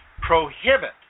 prohibit